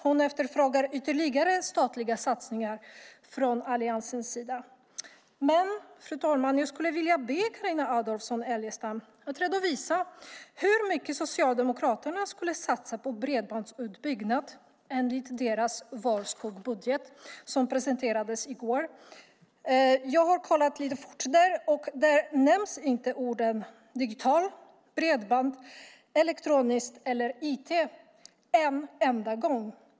Hon efterfrågar ytterligare statliga satsningar från Alliansens sida. Men, fru talman, jag skulle vilja be Carina Adolfsson Elgestam att redovisa hur mycket Socialdemokraterna skulle satsa på bredbandsutbyggnad enligt deras vårskuggbudget som presenterades i går. Jag har kollat lite snabbt, och där nämns inte orden digital, bredband, elektroniskt eller IT en enda gång.